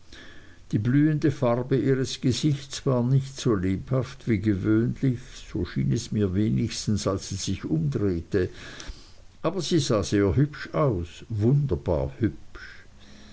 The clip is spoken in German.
die blühende farbe ihres gesichts war nicht so lebhaft wie gewöhnlich so schien es mir wenigstens als sie sich umdrehte aber sie sah sehr hübsch aus wunderbar hübsch